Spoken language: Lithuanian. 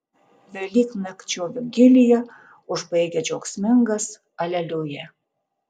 velyknakčio vigiliją užbaigia džiaugsmingas aleliuja